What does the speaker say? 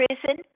prison